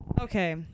Okay